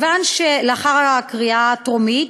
לאחר הקריאה הטרומית,